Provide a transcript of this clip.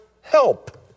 help